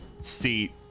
seat